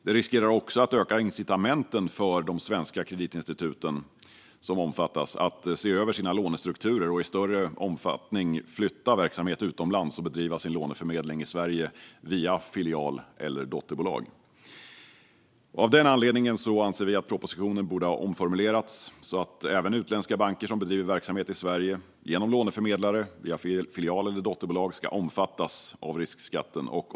Det riskerar också att öka incitamenten för de svenska kreditinstitut som omfattas att se över sina lånestrukturer och i större omfattning flytta verksamhet utomlands och bedriva sin låneförmedling i Sverige via filial eller dotterbolag. Av den anledningen anser vi att propositionen borde ha omformulerats så att även utländska banker som bedriver verksamhet i Sverige genom en låneförmedlare via filial eller dotterbolag omfattas av riskskatten.